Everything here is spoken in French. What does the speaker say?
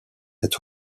est